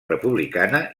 republicana